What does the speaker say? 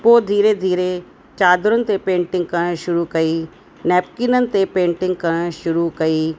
पोइ धीरे धीरे चादरुनि ते पेंटिंग करण शुरू कई नेपकिननि ते पेंटिंग करण शुरू कई